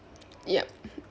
yup